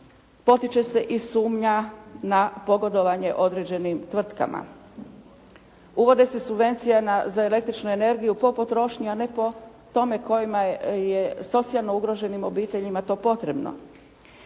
potiče se i sumnja na pogodovanje određenim tvrtkama. Uvode se subvencije za električnu energiju po potrošnji, a ne po tome kojima je socijalno ugroženim obiteljima to potrebno.